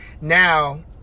now